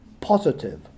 positive